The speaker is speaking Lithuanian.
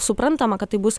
suprantama kad tai bus